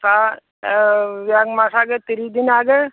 তা এক মাস আগে তিরিশ দিন আগে